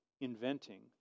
inventing